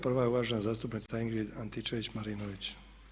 Prva je uvažena zastupnica Ingrid Antičević- Marinović.